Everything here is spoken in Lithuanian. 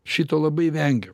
šito labai vengiu